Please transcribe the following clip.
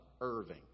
Irving